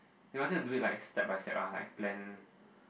they wanted to do it like step by step lah like plan